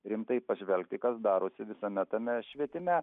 rimtai pažvelgti kas darosi visame tame švietime